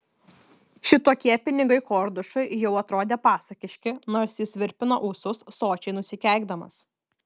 šitokie pinigai kordušui jau atrodė pasakiški nors jis virpino ūsus sočiai nusikeikdamas